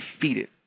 defeated